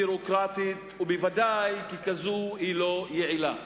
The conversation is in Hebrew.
ביורוקרטית, ובוודאי ככזאת, היא לא יעילה.